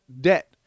debt